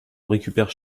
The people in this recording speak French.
récupère